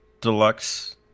Deluxe